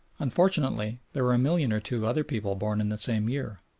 unfortunately there were a million or two of other people born in the same year,